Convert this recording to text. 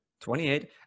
28